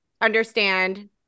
understand